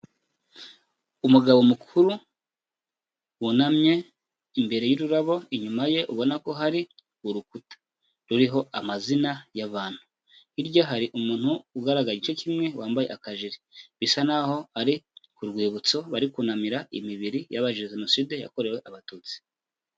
Umugabo mukuru, wunamye imbere y'ururabo, inyuma ye ubona ko hari urukuta ruriho amazina y'abantu. Hirya hari umuntu ugaraga igice kimwe, wambaye akajire. Bisa n'aho ari ku rwibutso, bari kunamira imibiri y'abazize jenoside yakorewe abatutsi.